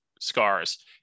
scars